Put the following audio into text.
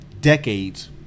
decades